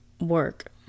work